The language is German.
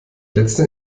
letzte